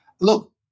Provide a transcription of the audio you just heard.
Look